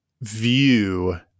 view